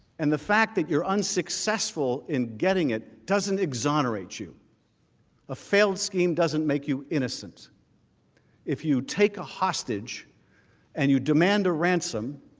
and the fact that your unsuccessful in getting it doesn't exonerate two a failed scheme doesn't make you innocent if you take a hostage and you demand a ransom